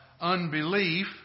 unbelief